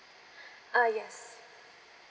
uh yes